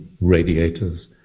radiators